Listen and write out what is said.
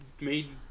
made